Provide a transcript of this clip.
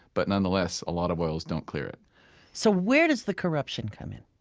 but nonetheless, a lot of oils don't clear it so where does the corruption come in?